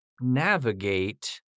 navigate